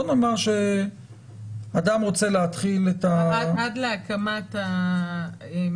בוא נאמר שאדם רוצה להתחיל את ה --- עד להקמת המערכת,